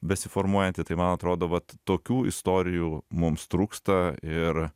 besiformuojanti tai man atrodo vat tokių istorijų mums trūksta ir